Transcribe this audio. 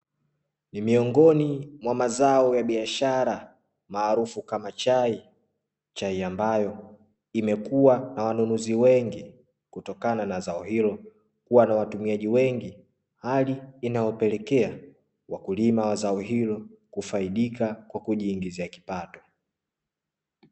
Ni miongoni mwa mazao ya biashara maarufi kama chai, chai ambayo imekua na wanunuzi wengi kutokana na zao hilo kuwa na watumiaji wengi. Hali inayopelekea wakulima wa zao hilo kufaidika kwa kujiingizia kipato.